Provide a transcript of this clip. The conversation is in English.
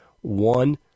one